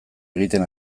egiten